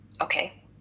Okay